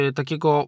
takiego